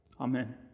Amen